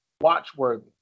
watch-worthy